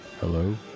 Hello